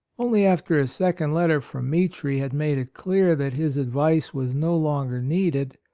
only after a second letter from mitri had made it clear that his advice was no longer needed,